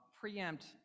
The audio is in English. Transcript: preempt